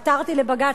עתרתי לבג"ץ,